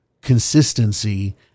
consistency